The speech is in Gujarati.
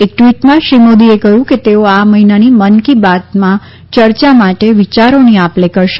એક ટ્વિટમાં શ્રી મોદીએ કહ્યું કે તેઓ આ મહિનાની મન કી બાતમાં યર્ચા માટે વિયારોની આપલે કરશે